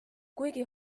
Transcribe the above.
kuigi